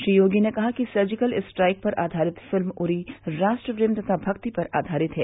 श्री योगी ने कहा कि सर्जिकल स्ट्राइंक पर आधारित फिल्म उरी राष्ट्र प्रेम तथा भक्ति पर आधारित है